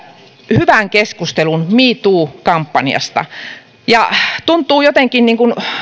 hyvän keskustelun me too kampanjasta ja tuntuu jotenkin